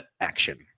action